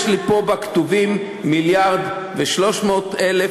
יש לי פה בכתובים מיליארד ו-300,000.